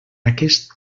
aquest